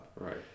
Right